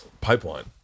pipeline